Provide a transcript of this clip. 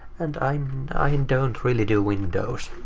and i and i and don't really do windows,